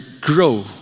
grow